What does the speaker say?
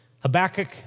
Habakkuk